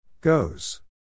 Goes